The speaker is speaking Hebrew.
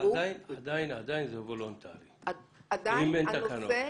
עדיין זה וולונטרי אם אין תקנות.